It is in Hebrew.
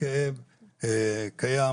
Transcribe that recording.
כאב קיים,